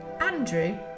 Andrew